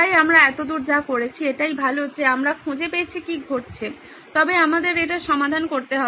তাই আমরা এতদূর যা করেছি এটাই ভালো যে আমরা খুঁজে পেয়েছি কী ঘটছে তবে আমাদের এটার সমাধান করতে হবে